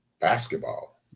basketball